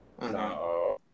No